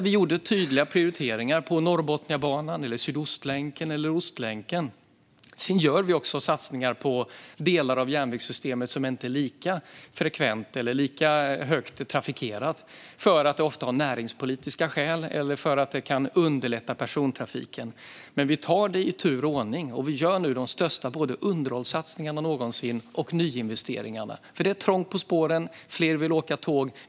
Vi gjorde tydliga prioriteringar: Norrbotniabanan, Sydostlänken, Ostlänken. Sedan gör vi också satsningar på delar av järnvägssystemet som inte är lika frekvent trafikerade, ofta av näringspolitiska skäl eller för att det kan underlätta persontrafiken. Men vi tar det i tur och ordning, och vi gör nu de största underhållssatsningarna och nyinvesteringarna någonsin. Det är trångt på spåren, och fler vill åka tåg.